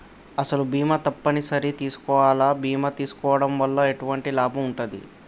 అసలు బీమా తప్పని సరి చేసుకోవాలా? బీమా చేసుకోవడం వల్ల ఎటువంటి లాభం ఉంటది?